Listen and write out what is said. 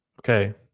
okay